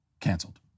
canceled